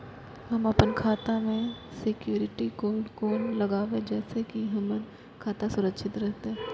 हम अपन खाता में सिक्युरिटी कोड केना लगाव जैसे के हमर खाता सुरक्षित रहैत?